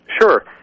Sure